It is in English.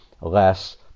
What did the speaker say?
less